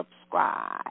subscribe